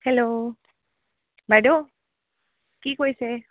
hello বাইদেউ কি কৰিছে